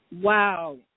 wow